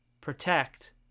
protect